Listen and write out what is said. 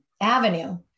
avenue